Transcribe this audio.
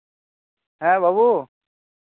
ᱦᱮᱸ ᱵᱟᱹᱵᱩ